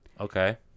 Okay